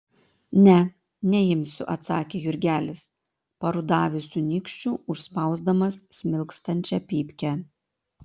ne neimsiu atsakė jurgelis parudavusiu nykščiu užspausdamas smilkstančią pypkę